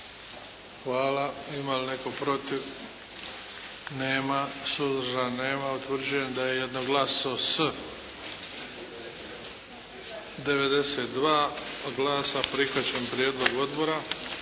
Hvala. Ima li protiv? Suzdržani? Nema. Utvrđujem da je jednoglasno s 92 glasa prihvaćen Prijedlog odbora.